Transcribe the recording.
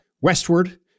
westward